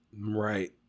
Right